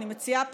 אני מציעה,